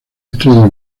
estrella